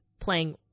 playing